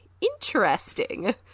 Interesting